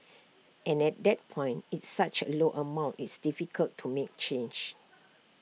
and at that point it's such A low amount it's difficult to make change